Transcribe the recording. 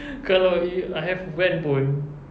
kalau if I have when pun